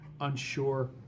unsure